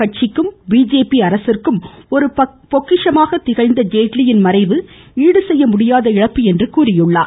கட்சிக்கும் பிஜேபி அரசிற்கும் ஒரு பொக்கிஷமாக திகழ்ந்த அவரது மறைவு ஈடுசெய்ய முடியாத இழப்பு என்றார்